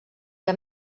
que